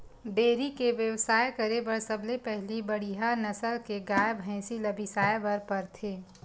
dairy के बेवसाय करे बर सबले पहिली बड़िहा नसल के गाय, भइसी ल बिसाए बर परथे